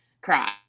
cry